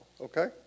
Okay